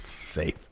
Safe